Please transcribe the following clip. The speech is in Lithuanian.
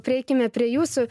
prieikime prie jūsų